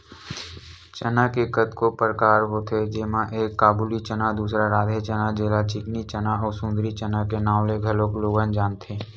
चना के कतको परकार होथे जेमा एक काबुली चना, दूसर राधे चना जेला चिकनी चना अउ सुंदरी चना के नांव ले घलोक लोगन जानथे